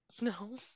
No